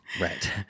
right